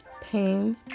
pain